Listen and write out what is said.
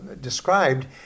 described